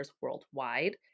worldwide